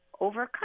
overcome